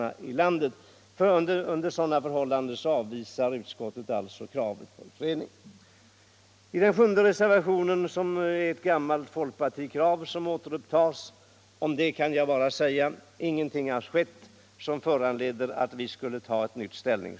Under dessa förhållanden avvisar utskottet kravet på en utredning. Om reservationen 7, som på nytt tar upp ett gammalt folkpartikrav, kan jag bara säga att ingenting har skett som föranleder oss att nu inta en ny ställning.